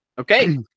okay